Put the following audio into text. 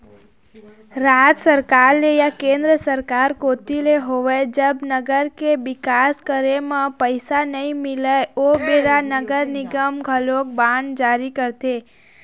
राज सरकार ले या केंद्र सरकार कोती ले होवय जब नगर के बिकास करे म पइसा नइ मिलय ओ बेरा नगर निगम घलोक बांड जारी करथे